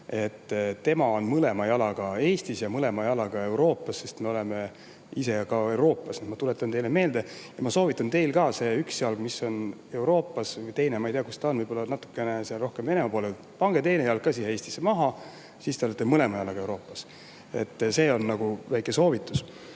tema on mõlema jalaga Eestis ja mõlema jalaga Euroopas, sest me oleme ise ka Euroopas, ma tuletan teile meelde. Ma soovitan teile ka: [teil] üks jalg on Euroopas, ma ei tea, kus teine on, võib-olla natukene rohkem Venemaa poolel, aga pange teine jalg ka siia Eestisse maha, siis te olete mõlema jalaga Euroopas. See on väike soovitus. Nüüd